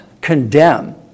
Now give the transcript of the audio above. condemn